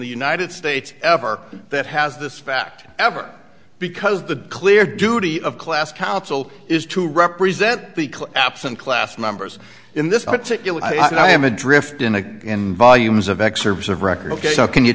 the united states ever that has this fact ever because the clear duty of class counsel is to represent the absent class members in this particular and i am adrift in again volumes of excerpts of record ok so can you